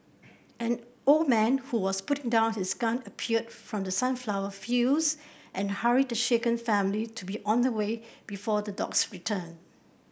an old man who was putting down his gun appeared from the sunflower fields and hurried the shaken family to be on the way before the dogs return